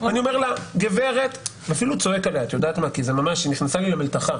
אני אומר לה ואפילו צועק עליה כי היא ממש נכנסה לי למלתחה